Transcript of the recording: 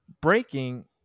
breaking